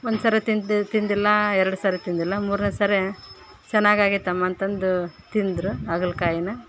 ಒಂದುಸಾರೆ ತಿಂದು ತಿಂದಿಲ್ಲಾ ಎರಡುಸಾರೆ ತಿಂದಿಲ್ಲಾ ಮೂರನೆಸಾರೆ ಚೆನ್ನಾಗಾಗೈತಮ್ಮ ಅಂತ ಅಂದು ತಿಂದರು ಹಾಗಲಕಾಯಿನ